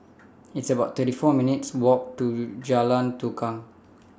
It's about thirty four minutes' Walk to Jalan Tukang